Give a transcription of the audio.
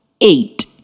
eight